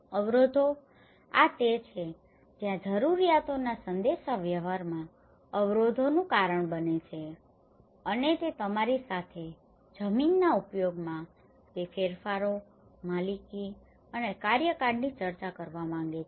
અવરોધો આ તે છે જ્યાં જરૂરિયાતોના સંદેશાવ્યવહારમાં અવરોધોનું કારણ બને છે અને તે તમારી સાથે જમીનના ઉપયોગમાં તે ફેરફારો માલિકી અને કાર્યકાળની ચર્ચા કરવા માંગે છે